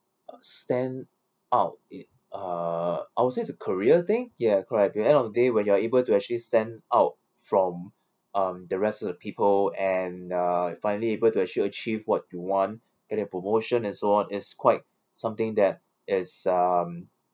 stand out in uh I would say is a career thing ya correct by the end of the day when you're able to actually stand out from um the rest of the people and uh finally able to actually achieve what you want get a promotion and so on is quite something that is um